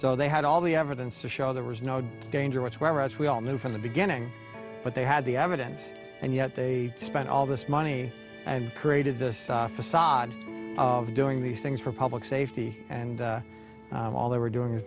so they had all the evidence to show there was no danger whatsoever as we all knew from the beginning but they had the evidence and yet they spent all this money and created this facade of doing these things for public safety and all they were doing is